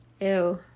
Ew